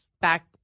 back